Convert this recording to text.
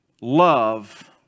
love